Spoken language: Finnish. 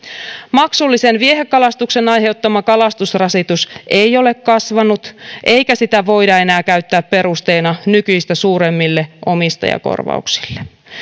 maksullisen viehekalastuksen aiheuttama kalastusrasitus ei ole kasvanut eikä sitä voida enää käyttää perusteena nykyistä suuremmille omistajakorvauksille